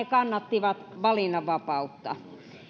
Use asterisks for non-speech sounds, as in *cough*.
*unintelligible* kannattivat valinnanvapautta